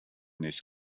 this